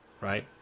right